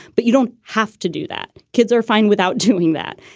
but you don't have to do that. kids are fine without doing that.